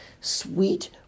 sweet